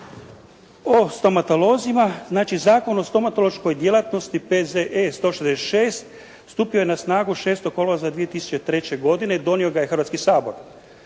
O stomatolozima. Znači Zakon o stomatološkoj djelatnosti P.Z.E. 166 stupio je na snagu 6. kolovoza 2003. godine. Donio ga je Hrvatski sabor.